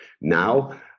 Now